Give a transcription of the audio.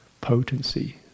potency